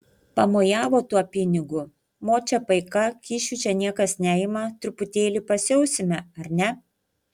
pamojavo tuo pinigu močia paika kyšių čia niekas neima truputėlį pasiausime ar ne